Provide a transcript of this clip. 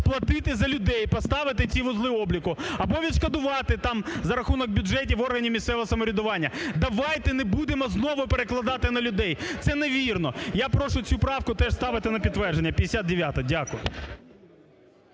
сплатити за людей і поставити ці вузли обліку, або відшкодувати там за рахунок бюджетів органів місцевого самоврядування. Давайте не будемо знову перекладати на людей. Це невірно. Я прошу цю правку теж ставити на підтвердження, 59-а. Дякую.